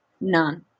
none